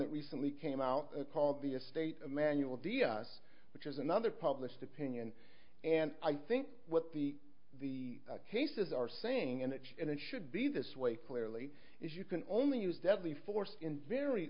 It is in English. that recently came out called the est manual d s which is another published opinion and i think what the the cases are saying and it should be this way clearly is you can only use deadly force in very